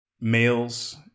males